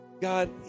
God